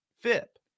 FIP